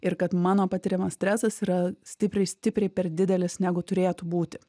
ir kad mano patiriamas stresas yra stipriai stipriai per didelis negu turėtų būti